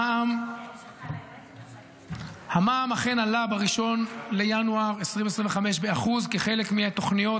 המע"מ אכן עלה ב-1 בינואר 2025 ב-1% כחלק מתוכניות